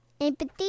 Empathy